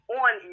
on